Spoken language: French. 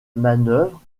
manœuvre